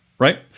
right